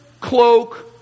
cloak